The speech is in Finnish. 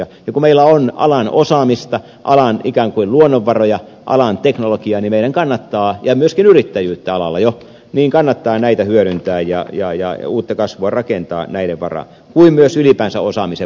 ja kun meillä on alan osaamista alan ikään kuin luonnonvaroja alan teknologiaa ja myöskin yrittäjyyttä alalla jo niin meidän kannattaa näitä hyödyntää ja uutta kasvua rakentaa näiden varaan kuin myös ylipäänsä osaamisen varaan